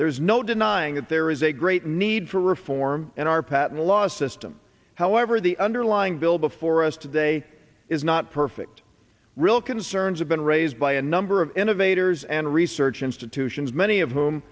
there's no denying that there is a great need for reform in our patent law system however the underlying bill before us today is not perfect real concerns have been raised by a number of innovators and research institutions many of whom